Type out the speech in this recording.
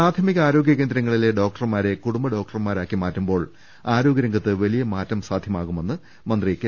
പ്രാഥമികാരോഗൃ കേന്ദ്രങ്ങളിലെ ഡോക്ടർമാരെ കുടുംബ ഡോക്ടർമാരാക്കി മാറ്റുമ്പോൾ ആരോഗ്യ രംഗത്ത് വലിയ മാറ്റം സാധ്യമാകുമെന്ന് മന്ത്രി കെ